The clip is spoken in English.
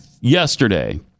yesterday